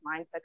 mindset